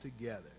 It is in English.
together